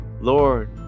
Lord